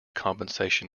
compensation